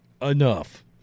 Enough